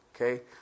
Okay